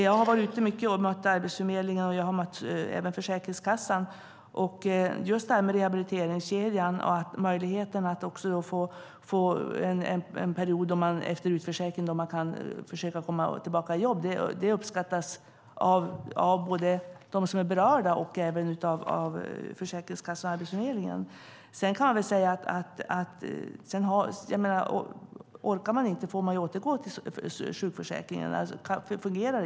Jag har varit ute mycket och mött Arbetsförmedlingen och även Försäkringskassan, och just det här med rehabiliteringskedjan och möjligheten att få en period efter utförsäkring då man kan försöka komma tillbaka i jobb uppskattas både av dem som är berörda och av Försäkringskassan och Arbetsförmedlingen. Fungerar det sedan inte finns möjligheten att återgå till sjukförsäkringen.